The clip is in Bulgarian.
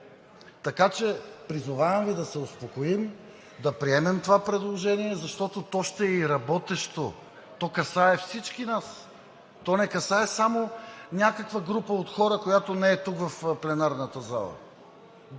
Така че призовавам Ви да се успокоим, да приемем това предложение, защото то ще е и работещо. То касае всички нас, не касае само някаква група от хора, която не е тук в пленарната зала.